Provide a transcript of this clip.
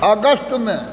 अगस्तमे